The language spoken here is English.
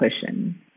cushion